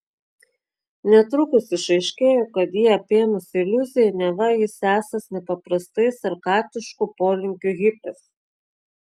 netrukus išaiškėjo kad jį apėmusi iliuzija neva jis esąs nepaprastai sarkastiškų polinkių hipis